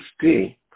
stay